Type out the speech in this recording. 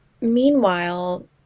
meanwhile